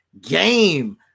game